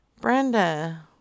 Brenda